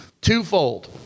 twofold